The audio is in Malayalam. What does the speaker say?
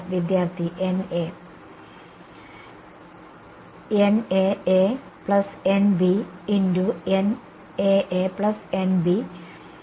വിദ്യാർത്ഥി N A